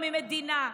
או המדינה,